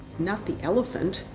not the elephant,